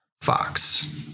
fox